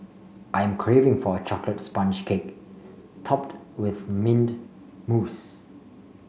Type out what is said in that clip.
I am craving for a chocolate sponge cake topped with mint mousse